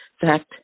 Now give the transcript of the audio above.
fact